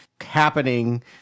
happening